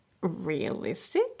realistic